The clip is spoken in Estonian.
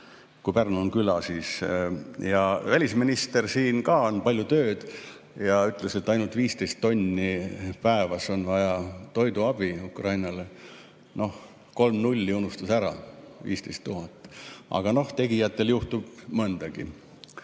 Kui Pärnu on küla, siis ... Ja välisminister siin, tal on ka palju tööd, ütles, et ainult 15 tonni päevas on vaja toiduabi Ukrainale. Kolm nulli unustas ära, 15 000. Aga tegijatel juhtub mõndagi. Jah,